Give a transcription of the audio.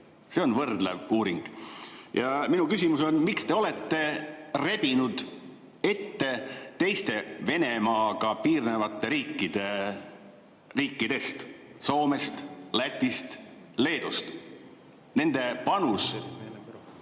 See on võrdlev uuring. Minu küsimus: miks te olete rebinud ette teistest Venemaaga piirnevatest riikidest Soomest, Lätist ja Leedust? Nende panus